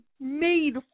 made